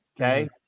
Okay